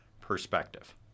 perspective